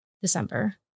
December